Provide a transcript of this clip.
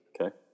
Okay